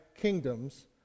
kingdoms